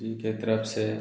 जी के तरफ से